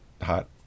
hot